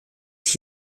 sich